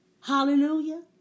Hallelujah